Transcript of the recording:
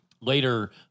later